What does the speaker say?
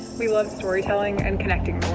we love storytelling.